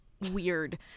weird